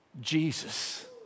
Jesus